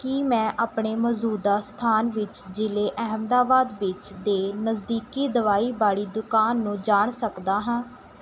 ਕੀ ਮੈਂ ਆਪਣੇ ਮੌਜ਼ੂਦਾ ਸਥਾਨ ਵਿੱਚ ਜ਼ਿਲ੍ਹੇ ਅਹਿਮਦਾਬਾਦ ਵਿੱਚ ਦੇ ਨਜ਼ਦੀਕੀ ਦਵਾਈ ਵਾਲੀ ਦੁਕਾਨ ਨੂੰ ਜਾਣ ਸਕਦਾ ਹਾਂ